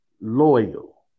loyal